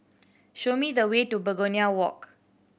show me the way to Begonia Walk